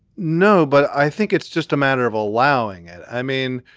no, but i think it's just a matter of allowing it. i mean,